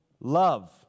love